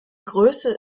größe